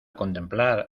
contemplar